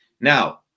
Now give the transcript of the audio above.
Now